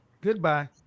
Goodbye